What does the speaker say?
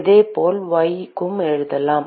இதேபோல் y க்கு எழுதலாம்